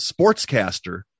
sportscaster